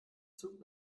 zug